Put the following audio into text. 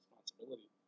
responsibility